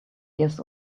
years